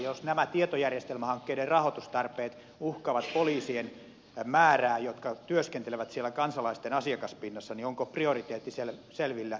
jos nämä tietojärjestelmähankkeiden rahoitustarpeet uhkaavat niiden poliisien määrää jotka työskentelevät siellä kansalaisten asiakaspinnassa niin onko tämä prioriteetti täysin selvillä kumpi silloin jätetään tekemättä